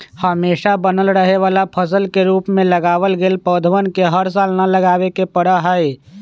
हमेशा बनल रहे वाला फसल के रूप में लगावल गैल पौधवन के हर साल न लगावे पड़ा हई